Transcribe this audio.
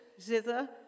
zither